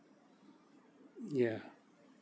ya